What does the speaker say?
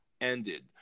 ended